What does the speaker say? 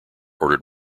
ordered